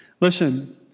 Listen